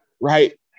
right